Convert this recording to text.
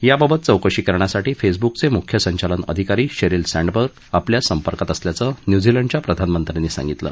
याबाबत चौकशी करण्यासाठी फेसबुकचे मुख्य संचालन अधिकारी शेरील सँडबर्ग आपल्या संपर्कात असल्याचं न्यूझीलंडच्या प्रधानमंत्र्यांनी सांगितलं